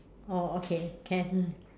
oh okay can